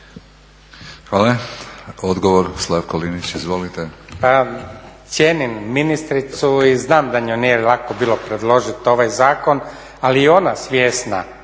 Slavko (Nezavisni)** Pa cijenim ministricu i znam da joj nije lako bilo predložiti ovaj zakon, ali je i ona svjesna